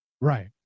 right